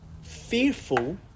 fearful